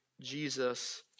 Jesus